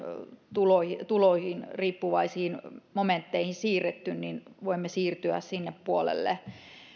tuloista tuloista riippuvaisiin momentteihin siirretty ja voimme siirtyä sinne puolelle